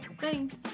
Thanks